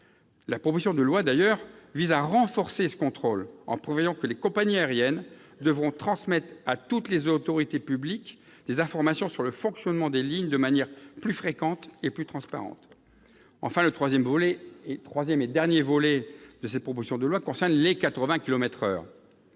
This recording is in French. La proposition de loi vise d'ailleurs à renforcer ce contrôle, en prévoyant que les compagnies aériennes devront transmettre aux autorités publiques des informations sur le fonctionnement des lignes de manière plus fréquente et plus transparente. Enfin, le troisième et dernier volet de la proposition de loi concerne la limitation